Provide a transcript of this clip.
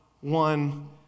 one